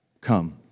Come